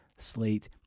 Slate